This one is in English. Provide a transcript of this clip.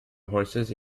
horses